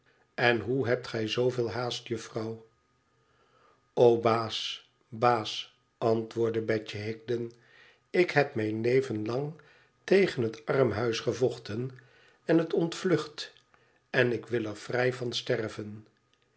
en hoe hebt gij zooveel haast juffrouw o baas baas antwoordde betje higden ik heb mijn leven lang tegen het armhuis gevochten en het ontvlucht en ik wil er vrij van sterven